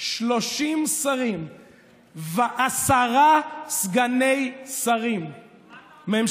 30 שרים ועשרה סגני שרים, מה אתה רוצה להגיד בזה?